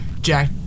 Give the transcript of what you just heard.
Jack